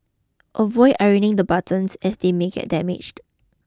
avoid ironing the buttons as they may get damaged